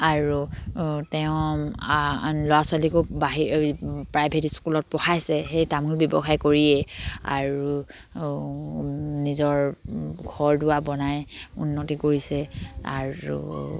আৰু তেওঁ ল'ৰা ছোৱালীকো বাহি প্ৰাইভেট স্কুলত পঢ়াইছে সেই তামোল ব্যৱসায় কৰিয়ে আৰু নিজৰ ঘৰ দুৱাৰ বনাই উন্নতি কৰিছে আৰু